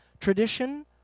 tradition